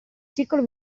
circolo